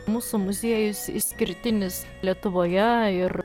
mūsų muziejus išskirtinis lietuvoje ir